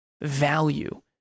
value